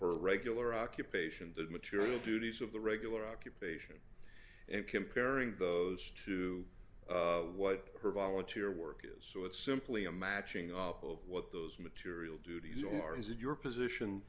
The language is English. her regular occupation the material duties of the regular occupation and comparing those to what her volunteer work is so it's simply a matching up of what those material duties or is it your position